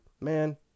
Man